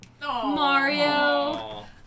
Mario